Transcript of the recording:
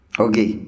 Okay